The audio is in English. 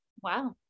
Wow